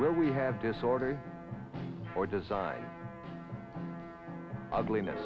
where we have disorder or design ugliness